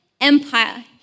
Empire